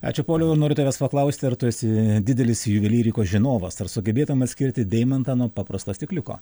ačiū pauliau noriu tavęs paklausti ar tu esi didelis juvelyrikos žinovas ar sugebėtum atskirti deimantą nuo paprasto stikliuko